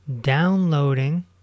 Downloading